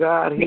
God